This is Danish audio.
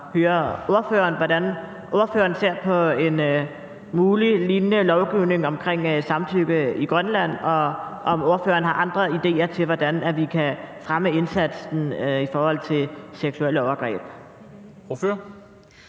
ordføreren ser på en mulig lignende lovgivning om samtykke i Grønland, og om ordføreren har andre idéer til, hvordan vi kan fremme indsatsen mod seksuelle overgreb.